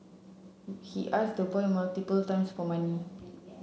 he asked the boy multiple times for money